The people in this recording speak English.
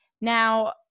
Now